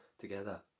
together